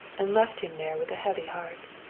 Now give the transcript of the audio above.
and left him there with a heavy heart.